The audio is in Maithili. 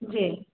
जी